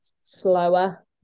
slower